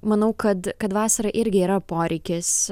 manau kad kad vasarą irgi yra poreikis